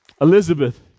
Elizabeth